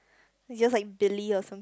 is yours like Billy or some